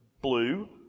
blue